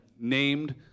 named